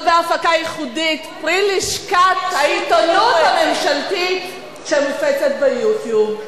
לא בהפקה ייחודית פרי לשכת העיתונות הממשלתית שמופצת ב-YouTube.